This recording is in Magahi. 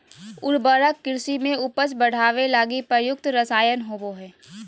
उर्वरक कृषि में उपज बढ़ावे लगी प्रयुक्त रसायन होबो हइ